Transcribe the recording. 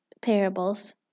parables